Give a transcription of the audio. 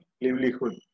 livelihood